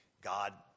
God